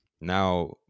Now